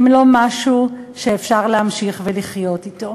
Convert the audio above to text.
הן לא משהו שאפשר להמשיך לחיות אתו.